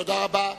תודה רבה.